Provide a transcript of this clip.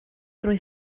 drwy